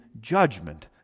judgment